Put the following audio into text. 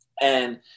And-